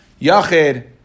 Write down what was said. yachid